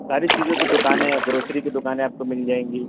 ساری چیزوں کی دکانیں گروسری کی دکانیں آپ کو مل جائیں گی